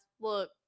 Look